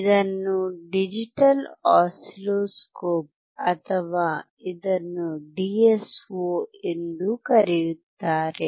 ಇದನ್ನು digital oscilloscope ಅಥವಾ ಇದನ್ನು ಡಿಎಸ್ಒ ಎಂದೂ ಕರೆಯುತ್ತಾರೆ